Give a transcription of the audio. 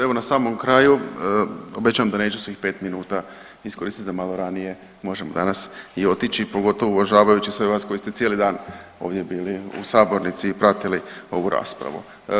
Evo na samom kraju obećajem da neću svih pet minuta iskoristiti da malo ranije možemo danas i otići pogotovo uvažavajući sve vas koji ste cijeli dan ovdje bili u sabornici i pratili ovu raspravu.